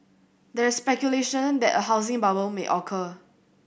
there is speculation that a housing bubble may occur